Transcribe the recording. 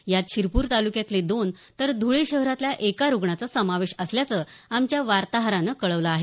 यात शिरपूर तालुक्यातले दोन तर धुळे शहरातल्या एका रुग्णाचा समावेश असल्याचं आमच्या वार्ताहरानं कळवलं आहे